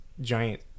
giant